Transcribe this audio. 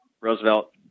Roosevelt